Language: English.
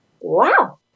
Wow